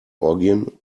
orgien